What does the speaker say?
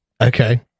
Okay